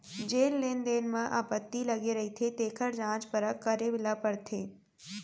जेन लेन देन म आपत्ति लगे रहिथे तेखर जांच परख करे ल परथे